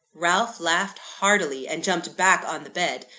ralph laughed heartily, and jumped back on the bed.